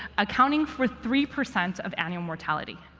accounting for three percent of annual mortality.